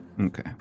okay